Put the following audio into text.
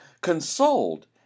consoled